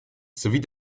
sowie